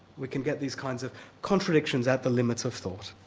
we can get these kinds of contradictions at the limits of thought.